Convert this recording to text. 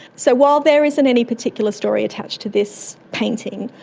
so while there isn't any particular story attached to this painting,